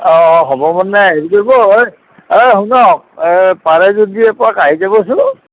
অঁ হ'ব মানে হেৰি কৰিব ঐ ঐ শুনক এই পাৰে যদি এপাক আহি যাবচোন